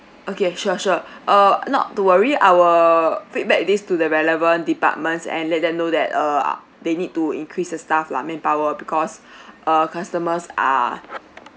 okay sure sure err not to worry I will feedback these to the relevant departments and let them know that err they need to increase the staff lah manpower because uh customers are